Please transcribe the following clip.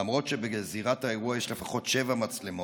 למרות שבזירת האירוע יש לפחות שבע מצלמות,